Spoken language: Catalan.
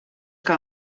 que